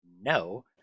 no